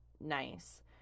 nice